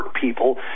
people